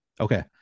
Okay